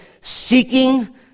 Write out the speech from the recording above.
Seeking